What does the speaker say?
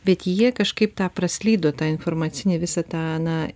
bet jie kažkaip tą praslydo tą informacinį visą tą na